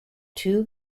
two